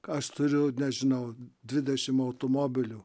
aš turiu nežinau dvidešimt automobilių